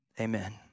Amen